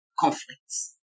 conflicts